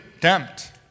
Tempt